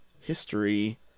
history